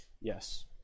Yes